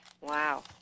Wow